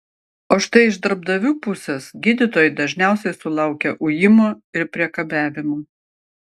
o štai iš darbdavių pusės gydytojai dažniausiai sulaukia ujimo ir priekabiavimo